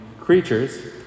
creatures